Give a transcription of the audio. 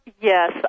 Yes